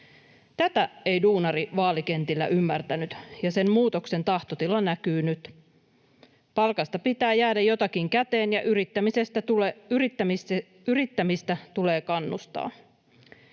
Tätä ei duunari vaalikentillä ymmärtänyt, ja sen muutoksen tahtotila näkyy nyt. Palkasta pitää jäädä jotakin käteen, ja yrittämistä tulee kannustaa.